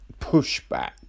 pushback